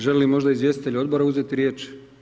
Žele li možda izvjestitelji odbora uzeti riječ?